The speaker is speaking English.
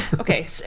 Okay